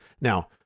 now